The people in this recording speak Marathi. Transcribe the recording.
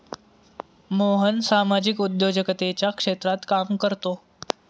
मोहन सामाजिक उद्योजकतेच्या क्षेत्रात काम करतो